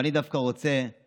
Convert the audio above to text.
אבל אני דווקא רוצה